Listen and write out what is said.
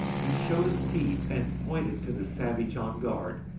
he showed his teeth and pointed to the savage on guard,